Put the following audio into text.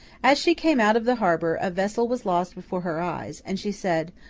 as she came out of the harbour, a vessel was lost before her eyes, and she said,